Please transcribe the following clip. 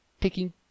taking